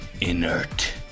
inert